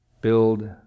build